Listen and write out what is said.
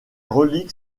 reliques